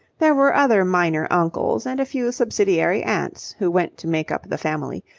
there were other minor uncles and a few subsidiary aunts who went to make up the family,